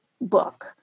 book